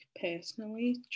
personally